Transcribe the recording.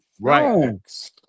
Right